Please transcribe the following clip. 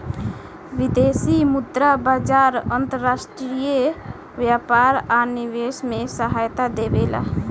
विदेशी मुद्रा बाजार अंतर्राष्ट्रीय व्यापार आ निवेश में सहायता देबेला